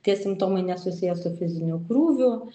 tie simptomai nesusiję su fiziniu krūviu